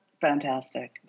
fantastic